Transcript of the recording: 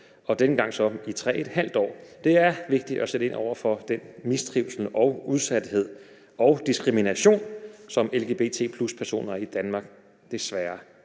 og denne gang så i 3½ år. Det er vigtigt at sætte ind over for den mistrivsel, udsathed og diskrimination, som lgbt+-personer desværre